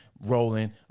rolling